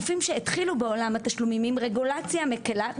עם גופים שהתחילו בעולם התשלומים עם רגולציה מקלה,